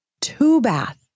two-bath